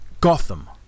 Gotham